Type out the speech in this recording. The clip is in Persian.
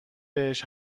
بهش